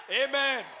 amen